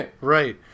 Right